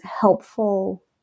helpful